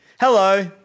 hello